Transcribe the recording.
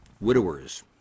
widowers